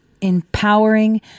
Empowering